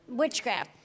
witchcraft